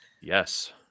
Yes